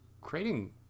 creating